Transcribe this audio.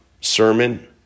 sermon